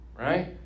right